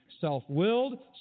self-willed